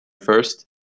first